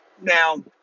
Now